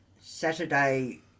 Saturday